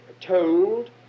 told